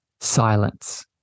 silence